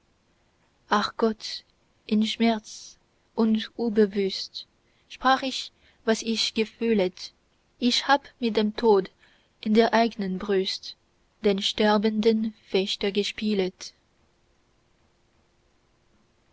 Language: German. ach gott im scherz und unbewußt sprach ich was ich gefühlet ich hab mit dem tod in der eignen brust den sterbenden fechter gespielet